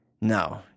No